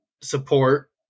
support